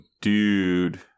dude